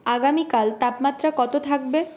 আগামীকাল তাপমাত্রা কত থাকবে